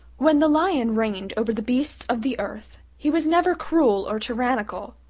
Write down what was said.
when the lion reigned over the beasts of the earth he was never cruel or tyrannical,